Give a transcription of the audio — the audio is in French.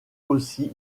aussi